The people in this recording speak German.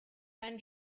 eine